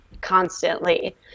constantly